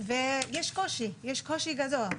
ויש קושי גדול.